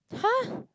[huh]